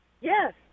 Yes